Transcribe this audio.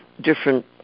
different